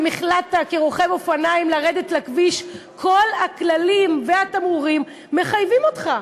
אם החלטת כרוכב אופניים לרדת לכביש כל הכללים והתמרורים מחייבים אותך.